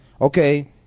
Okay